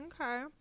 Okay